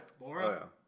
Laura